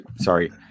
Sorry